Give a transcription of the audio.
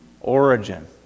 origin